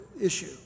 issue